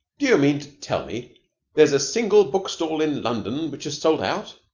do you mean to tell me there's a single book-stall in london which has sold out?